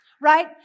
right